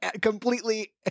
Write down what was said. completely